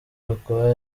gakwaya